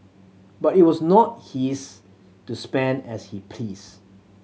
but it was not his to spend as he pleased